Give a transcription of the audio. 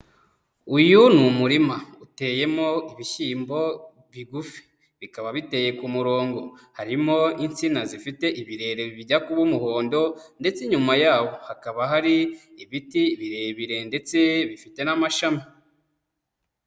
Uyu ni umurima uteyemo ibishyimbo bigufi bikaba biteye ku murongo. Harimo insina zifite ibirere bijya kuba umuhondo ndetse inyuma y'aho hakaba hari ibiti birebire ndetse bifite n'amashami.